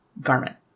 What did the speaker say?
garment